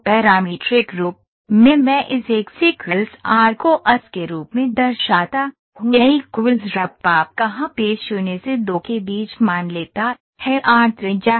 parametric रूप में मैं इसे एक्स आर कॉस के रूप में दर्शाता हूंθ य र पापθ कहाँ पे θ0 से 2π के बीच मान लेता है r त्रिज्या है